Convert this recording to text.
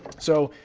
so,